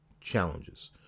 challenges